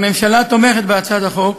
הממשלה תומכת בהצעת החוק,